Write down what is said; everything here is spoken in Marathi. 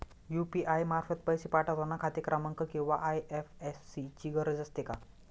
यु.पी.आय मार्फत पैसे पाठवता खाते क्रमांक किंवा आय.एफ.एस.सी ची गरज असते का?